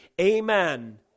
Amen